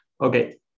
Okay